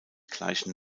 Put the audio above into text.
gleichen